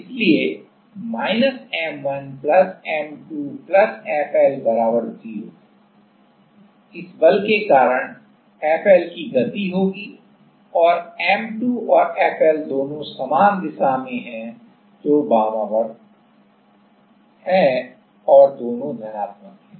इसलिए M1 M2 FL 0 है इस बल के कारण FL की गति होगी और M2 और FL दोनों समान दिशा में हैं जो वामावर्त है और दोनों धनात्मक हैं